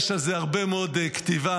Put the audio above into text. יש על זה הרבה מאוד כתיבה,